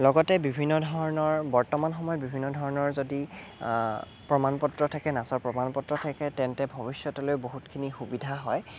লগতে বিভিন্ন ধৰণৰ বৰ্তমান সময়ত বিভিন্ন ধৰণৰ যদি প্ৰমাণ পত্ৰ থাকে নাচৰ প্ৰমাণ পত্ৰ থাকে তেন্তে ভৱিষ্যতলৈ বহুতখিনি সুবিধা হয়